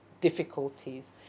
difficulties